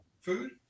food